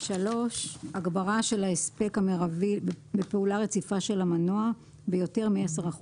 הגברה של ההספק המרבי בפעולה רציפה של המנוע ביותר מ-10%